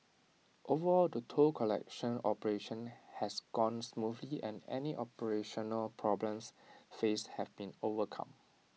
overall the toll collection operation has gone smoothly and any operational problems faced have been overcome